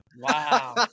Wow